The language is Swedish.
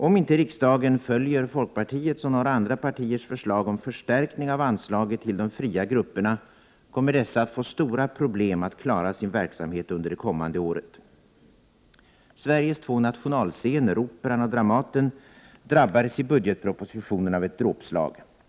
Om inte riksdagen följer folkpartiets och några andra partiers förslag om förstärkning av anslaget till de fria grupperna, kommer dessa att få stora problem att klara sin verksamhet under det kommande året. Sveriges två nationalscener, Operan och Dramaten, drabbades i budgetpropositionen av ett dråpslag.